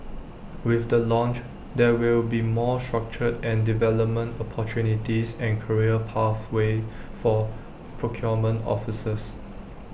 with the launch there will be more structured development opportunities and career pathways for procurement officers